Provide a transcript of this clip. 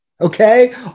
Okay